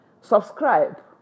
subscribe